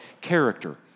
character